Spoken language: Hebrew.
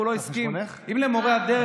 שהוא בסדר גודל גדול,